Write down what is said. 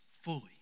fully